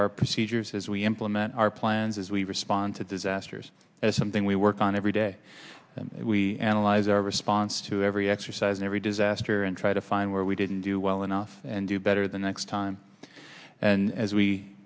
our procedures as we implement our plans as we respond to disasters is something we work on every day we analyze our response to every exercise every disaster and try to find where we didn't do well enough and do better the next time and as we